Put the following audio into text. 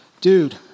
Dude